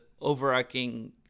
overarching